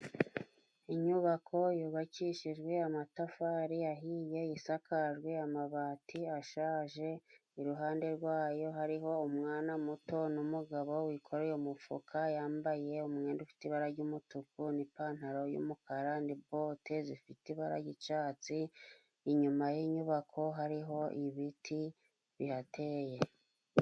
Inyubako yubakishijwe amatafari ahiye ,isakajwe amabati ashaje ,iruhande rwayo hariho umwana muto n'umugabo wikoreye umufuka ,yambaye umwenda ufite ibara ry'umutuku n'ipantaro y'umukara na bote zifite ibara ry'icyatsi . Inyuma y'inyubako hariho ibiti bihateye.